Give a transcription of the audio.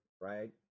right